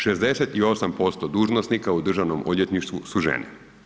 68% dužnosnika u državnom odvjetništvu su žene.